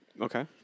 Okay